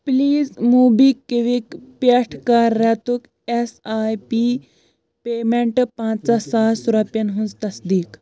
please MobiKwik پٮ۪ٹھ کَر رٮ۪تُک ایس آی پی پیمنٹ پنٛزہ ساس رۄپیَن ہٕنٛز تصدیٖق